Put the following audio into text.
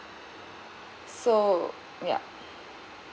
so ya